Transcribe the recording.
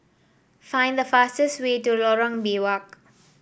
find the fastest way to Lorong Biawak